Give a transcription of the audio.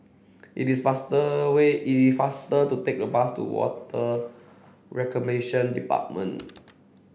it is faster way it faster to take the bus to Water Reclamation Department